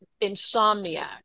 insomniac